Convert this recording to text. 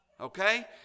Okay